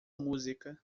música